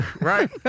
Right